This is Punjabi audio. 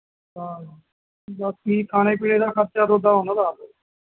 ਹਾਂ ਬਾਕੀ ਖਾਣੇ ਪੀਣੇ ਦਾ ਖਰਚਾ ਥੋਡਾ ਉਹਨਾਂ ਦਾ ਆਪ